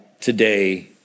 today